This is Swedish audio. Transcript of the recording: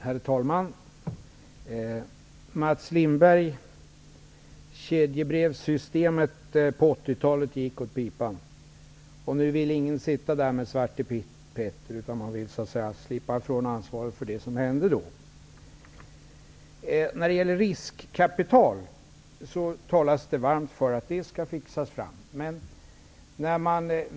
Herr talman! Kedjebrevssystemet på 80-talet gick åt pipan, Mats Lindberg. Nu vill ingen sitta där med Svarte Petter -- alla vill slippa ifrån ansvaret för det som hände då. Det talas varmt för att riskkapital skall fixas fram.